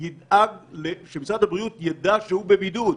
אם כיושב-ראש ועדה אין לך תשובות